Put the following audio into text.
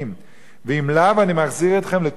ואם לאו, אני מחזיר אתכם לתוהו ובוהו.